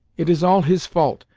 it is all his fault.